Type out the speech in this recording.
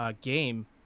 game